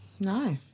No